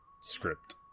script